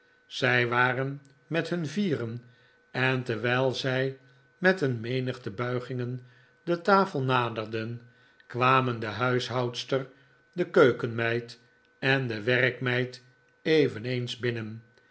zij waren met hun vieren en terwijl zij met een menigte buigingen de tafel naderden kwamen de huishoudster de keukenmeid en de werkmeid eveneens binnen